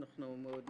אנחנו מאוד נשמח.